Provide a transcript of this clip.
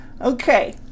Okay